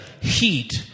heat